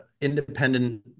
independent